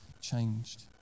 changed